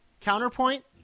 counterpoint